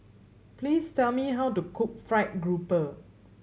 please tell me how to cook fried grouper